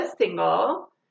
single